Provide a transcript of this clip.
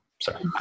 sorry